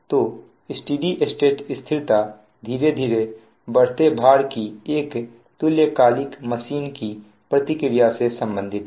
तो steady state स्थिरता धीरे धीरे बढ़ते भार की एक तुल्यकालिक मशीन की प्रतिक्रिया से संबंधित है